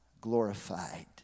glorified